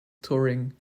touring